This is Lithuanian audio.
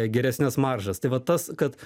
geresnes maržas tai vat tas kad